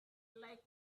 like